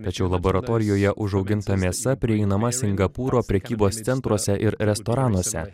tačiau laboratorijoje užauginta mėsa prieinama singapūro prekybos centruose ir restoranuose